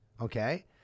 okay